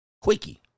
Quickie